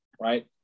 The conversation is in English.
right